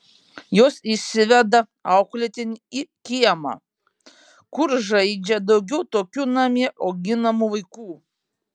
jos išsiveda auklėtinį į kiemą kur žaidžia daugiau tokių namie auginamų vaikų